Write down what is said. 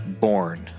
born